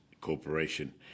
Corporation